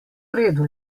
redu